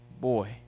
boy